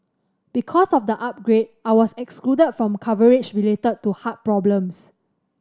because of the upgrade I was excluded from coverage related to heart problems